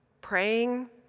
praying